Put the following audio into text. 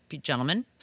gentlemen